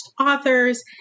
authors